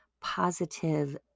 positive